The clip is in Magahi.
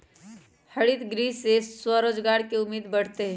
हरितगृह से स्वरोजगार के उम्मीद बढ़ते हई